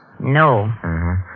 No